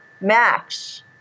max